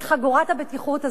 את חגורת הבטיחות הזאת.